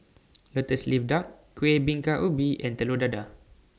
Lotus Leaf Duck Kueh Bingka Ubi and Telur Dadah